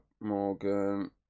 Morgan